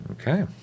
Okay